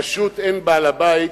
פשוט אין לה בעל-בית.